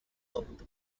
sold